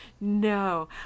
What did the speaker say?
No